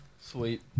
Sweet